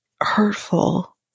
hurtful